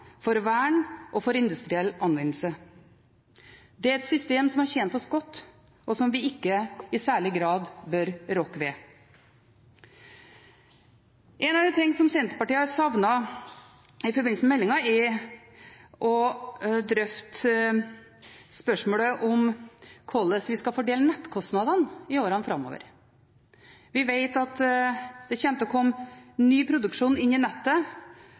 for vern og for industriell anvendelse. Det er et system som har tjent oss godt, og som vi ikke i særlig grad bør rokke ved. En av de tingene Senterpartiet har savnet i forbindelse med meldingen, er å drøfte spørsmålet om hvordan vi skal fordele nettkostnadene i årene framover. Vi vet at det kommer til å komme ny produksjon inn i nettet